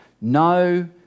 no